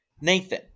Nathan